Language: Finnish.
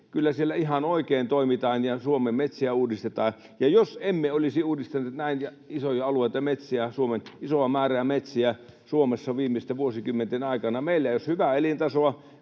Kyllä siellä ihan oikein toimitaan ja Suomen metsiä uudistetaan. Ja jos emme olisi uudistaneet näin isoa määrää metsiä Suomessa viimeisten vuosikymmenten aikana, meillä ei olisi hyvää elintasoa,